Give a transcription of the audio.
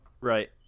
Right